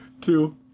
two